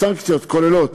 הסנקציות כוללות